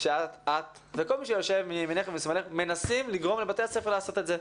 שאת וכל מי שיושב מימינך ומשמאלך מנסים לגרום לבתי הספר לעשות את זה.